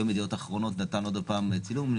היום ידיעות אחרונות נתן עוד פעם צילום.